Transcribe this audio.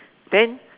then